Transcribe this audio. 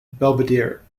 belvedere